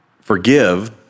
Forgive